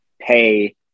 pay